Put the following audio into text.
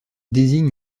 désigne